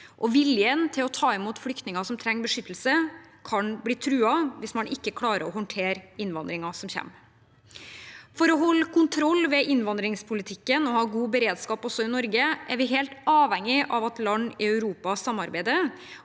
viljen til å ta imot flyktninger som trenger beskyttelse, kan bli truet hvis man ikke klarer å håndtere innvandringen som kommer. For å holde kontroll med innvandringspolitikken og ha god beredskap også i Norge er vi helt avhengige av at land i Europa samarbeider